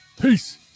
Peace